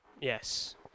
Yes